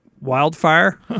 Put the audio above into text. wildfire